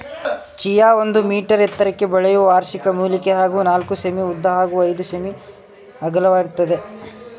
chia ಒಂದು metre ಎತ್ತರಕ್ಕೆ ಬೆಳೆಯುವ ವಾರ್ಷಿಕ ಮೂಲಿಕೆ ಹಾಗೂ ನಾಲ್ಕು ಸೆ.ಮೀ ಉದ್ದ ಹಾಗೂ ಐದು ಸೆ.ಮೀ ಅಗಲವಾಗಿರ್ತದೆ